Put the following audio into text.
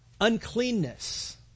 Uncleanness